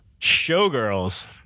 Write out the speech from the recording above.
Showgirls